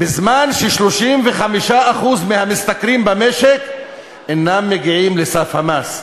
בזמן ש-35% מהמשתכרים אינם מגיעים לסף המס,